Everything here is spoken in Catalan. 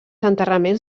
enterraments